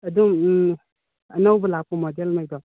ꯑꯗꯨ ꯎꯝ ꯑꯅꯧꯕ ꯂꯥꯛꯄ ꯃꯣꯗꯦꯜ ꯉꯩꯗꯣ